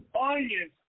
Onions